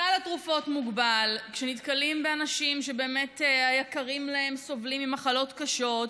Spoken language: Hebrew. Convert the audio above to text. סל התרופות מוגבל כשנתקלים באנשים שהיקרים שלהם סובלים ממחלות קשות,